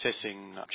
assessing